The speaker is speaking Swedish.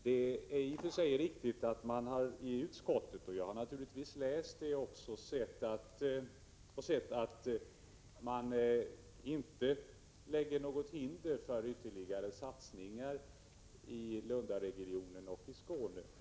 I och för sig är det riktigt att man i utskottet — jag har naturligtvis läst betänkandet — inte lägger något hinder i vägen för ytterligare satsningar i Lundaregionen och i Skåne i övrigt.